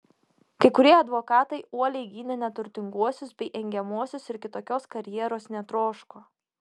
kai kurie advokatai uoliai gynė neturtinguosius bei engiamuosius ir kitokios karjeros netroško